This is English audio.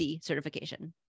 certification